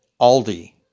Aldi